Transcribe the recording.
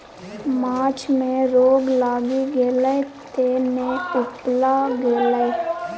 माछ मे रोग लागि गेलै तें ने उपला गेलै